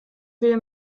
wir